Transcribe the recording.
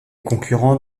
concurrents